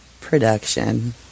production